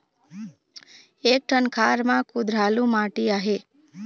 एक ठन खार म कुधरालू माटी आहे?